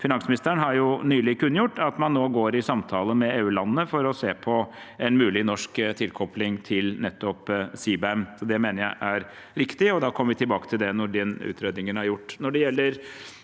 Finansministeren har nylig kunngjort at man nå går i samtale med EU-landene for å se på en mulig norsk tilkopling til nettopp CBAM. Det mener jeg er riktig, og da kommer vi tilbake til det når den utredningen er gjort.